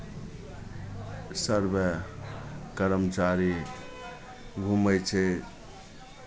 survey कर्मचारी घूमैत छै